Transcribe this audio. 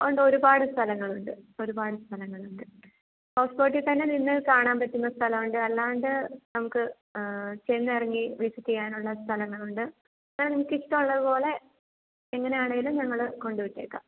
ഉണ്ട് ഒരുപാട് സ്ഥലങ്ങൾ ഉണ്ട് ഒരുപാട് സ്ഥലങ്ങൾ ഉണ്ട് ഹൌസ് ബോട്ടിൽ തന്നെ നിന്ന് കാണാൻ പറ്റുന്ന സ്ഥലം ഉണ്ട് അല്ലാണ്ട് നമുക്ക് ചെന്ന് ഇറങ്ങി വിസിറ്റ് ചെയ്യാനുള്ള സ്ഥലങ്ങൾ ഉണ്ട് മാം നിങ്ങൾക്ക് ഇഷ്ടം ഉള്ളത് പോലെ എങ്ങനെ ആണെലും ഞങ്ങൾ കൊണ്ടു വിട്ടേക്കാം